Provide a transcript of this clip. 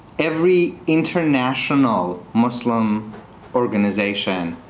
every international muslim organization,